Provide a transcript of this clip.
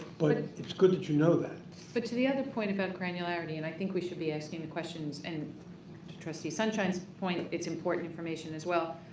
but ah it's good that you know that. but to the other point about granularity and i think we should be asking the questions and trustees sunshine's point it's important information as well.